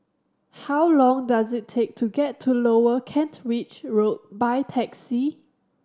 how long does it take to get to Lower Kent Ridge Road by taxi